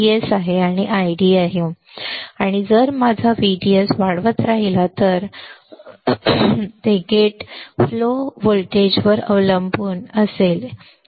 जर मी माझा व्हीडीएस वाढवत राहिलो जर मी माझा व्हीडीएस वाढवत राहिलो तर मला जे दिसेल ते गेट फ्लो व्होल्टेजवर अवलंबून मी करंटमध्ये होणारा बदल पाहू